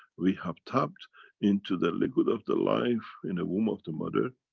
we have tapped into the liquid of the life in the womb of the mother,